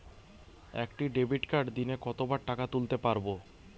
একটি ডেবিটকার্ড দিনে কতবার টাকা তুলতে পারব?